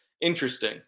interesting